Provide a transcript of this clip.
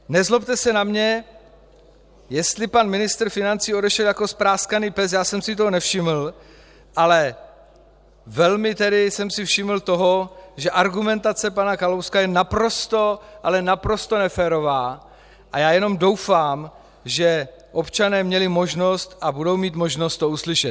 Nezlobte se na mne, jestli pan ministr financí odešel jako spráskaný pes, já jsem si toho nevšiml, ale velmi jsem si všiml toho, že argumentace pana Kalouska je naprosto, ale naprosto neférová, a jenom doufám, že občané měli možnost a budou mít možnost to uslyšet.